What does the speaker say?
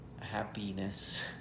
happiness